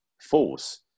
force